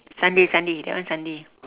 sunday sunday that one sunday